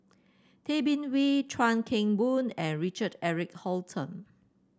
Tay Bin Wee Chuan Keng Boon and Richard Eric Holttum